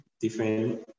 different